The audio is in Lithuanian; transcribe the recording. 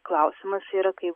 klausimas yra kaip